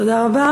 תודה רבה.